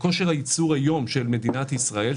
כושר הייצור היום של מדינת ישראל,